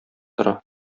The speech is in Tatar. тора